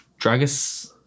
Dragus